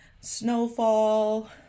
Snowfall